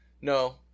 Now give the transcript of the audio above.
No